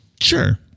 Sure